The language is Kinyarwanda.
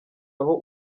aho